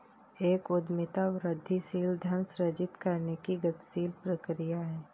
एक उद्यमिता वृद्धिशील धन सृजित करने की गतिशील प्रक्रिया है